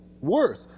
worth